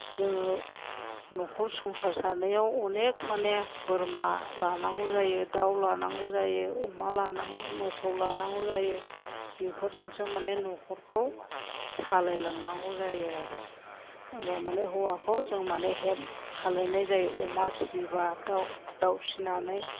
जोङो न'खर संसार जानायाव अनेक माने बोरमा लानांगौ जायो दाउ लानांगौ जायो अमा लानांगौ जायो मोसौ लानांगौ जायो बेफोरजोंसो माने न'खरखौ सालायलांनांगौ जायो आरो एबा माने हौवाखौ जों माने हेल्प खालामनाय जायो अमा फिसियोबा दाउ फिसिनानै